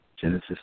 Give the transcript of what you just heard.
Genesis